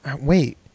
Wait